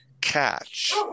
catch